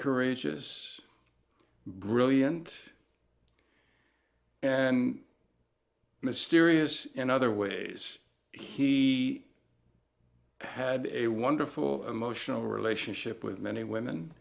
courageous brilliant and mysterious in other ways he had a wonderful emotional relationship with many women